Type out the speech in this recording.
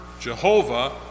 Jehovah